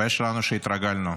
הבעיה שלנו היא שהתרגלנו.